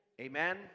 amen